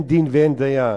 אין דין ואין דיין.